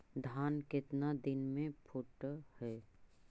धान केतना दिन में फुट है?